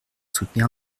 soutenir